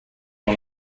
one